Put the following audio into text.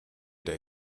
they